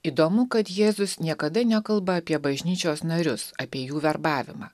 įdomu kad jėzus niekada nekalba apie bažnyčios narius apie jų verbavimą